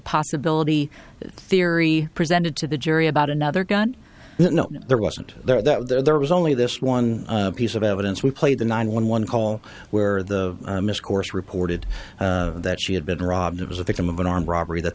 possibility theory presented to the jury about another gun no there wasn't there that there was only this one piece of evidence we played the nine one one call where the miss course reported that she had been robbed it was a victim of an armed robbery that